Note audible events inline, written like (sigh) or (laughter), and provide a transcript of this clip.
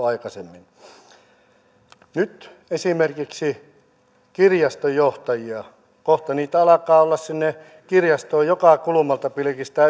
(unintelligible) aikaisemmin nyt esimerkiksi kirjastonjohtajia kohta alkaa olla sinne kirjastoon niin että joka kulmalta pilkistää (unintelligible)